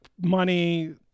money